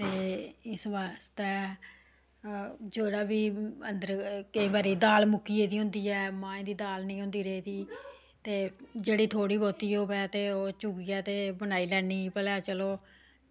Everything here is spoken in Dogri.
एह् इस आस्तै जेह्ड़ा बी अंदर केईं बारी दाल मुक्की दी होंदी ऐ मांहें दी दाल मुक्की गेदी होंदी ऐ ते जेह्की थोह्ड़ी बहुत होऐ ओह् चुक्कियै बनाई लैन्नी कि भला चलो